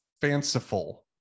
fanciful